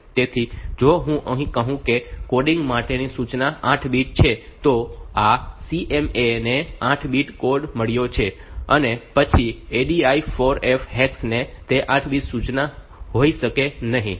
તેથી જો હું કહું કે કોડિંગ માટે સૂચના 8 બીટ છે તો આ CMA ને 8 બીટ કોડ મળ્યો છે અને પછી ADI 4F હેક્સ તે 8 બીટ સૂચના હોઈ શકે નહીં